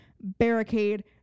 barricade